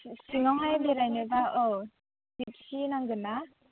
सिङावहाय बेरायनोब्ला औ जिपसि नांगोनना